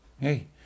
hey